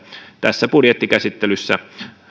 tässä budjettikäsittelyssä